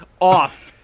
off